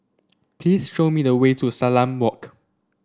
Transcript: please show me the way to Salam Walk